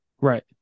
Right